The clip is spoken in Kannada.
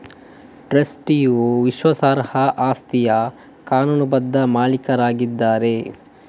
ಟ್ರಸ್ಟಿಯು ವಿಶ್ವಾಸಾರ್ಹ ಆಸ್ತಿಯ ಕಾನೂನುಬದ್ಧ ಮಾಲೀಕರಾಗಿದ್ದಾರೆ